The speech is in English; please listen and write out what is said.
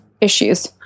issues